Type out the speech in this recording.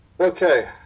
Okay